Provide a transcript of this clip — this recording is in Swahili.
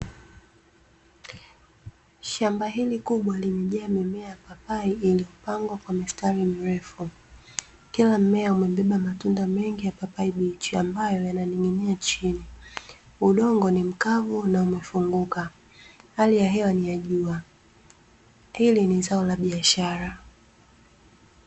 Shamba hili kubwa limejaa mimea ya papai iliyopangwa kwa mistari mirefu. Kila mmea umebeba matunda mengi ya papai bichi ambayo yananing'inia chini. Udongo ni mkavu na umefunguka; hali ya hewa ni ya jua. Hili ni zao la biashara.